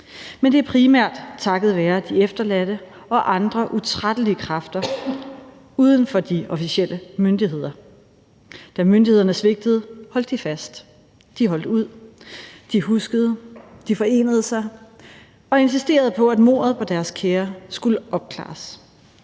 Men det er primært takket være de efterladte og andre utrættelige kræfter uden for de officielle myndigheder. Da myndighederne svigtede, holdt de fast, de holdt ud, de huskede, de forenede sig og insisterede på, at mordet på deres kære skulle opklares.